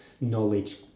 knowledge